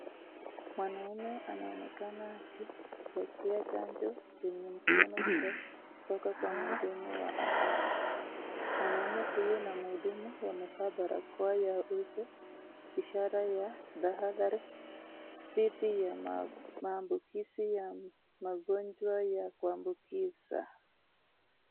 Mwanamume anaonekana akipokea chanjo kwenye mkono kutoka kwa mhudumu wa afya. Mwanamume huyo na mhudumu wamevaa barakoa ya uso ishara ya tahadhari dhidi ya maambukizi ya magonjwa ya kuambukiza.